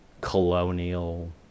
colonial